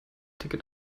ticket